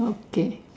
okay